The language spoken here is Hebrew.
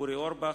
אורי אורבך,